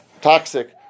toxic